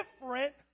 different